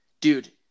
Dude